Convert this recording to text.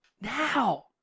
Now